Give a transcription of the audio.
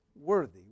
worthy